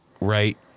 right